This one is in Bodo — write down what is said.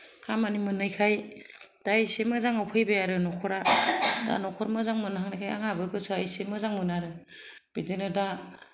खामानि मोननायखाय दा एसे मोजाङाव फैबाय आरो नखरा दा नखर मोजां मोनहांनायखाय आंहाबो गोसोआ एसे मोजां मोनो आरो बिदिनो दा